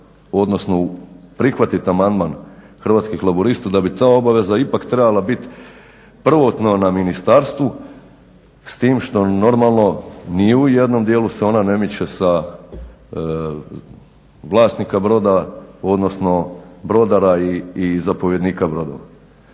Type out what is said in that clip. odnosno prihvatit amandman Hrvatskih laburista da bi ta obaveza ipak trebala bit prvotno na ministarstvu, s tim što je normalno ni u jednom dijelu se ona ne miče sa vlasnika broda, odnosno brodara i zapovjednika brodova.